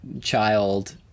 child